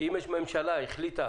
אם הממשלה החליטה